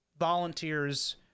volunteers